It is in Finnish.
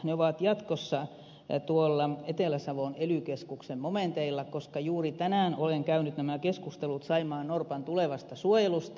ne ovat jatkossa tuolla etelä savon ely keskuksen momenteilla ja juuri tänään olen käynyt nämä keskustelut saimaannorpan tulevasta suojelusta